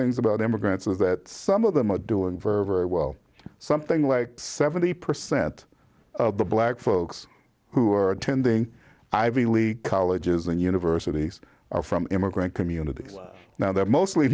things about immigrants is that some of them are doing for very well something like seventy percent of the black folks who are attending ivy league colleges and universities are from immigrant communities now they're mostly